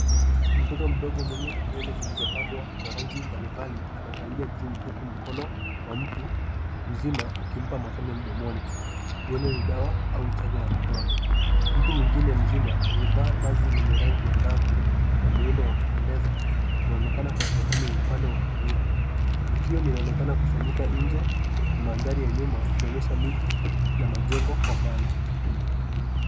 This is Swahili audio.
Mtoto mdogo mwenye nywele zilizopambwa kwa rangi mbalimbali anaangalia juu huku mkono wa mtu mzima ukimpa matone mdomoni huenda ni dawa au chanjo ya matone. Mtu mwingine mzima aliyevaa vazi lenye rangi ya angavu na muundo wa kupendeza anaonekana kwa sehemu ya upande wa kulia. Tukio linaonekana kufanyika nje na mandhari ya nyuma inaonyesha miti na majengo kwa mbali.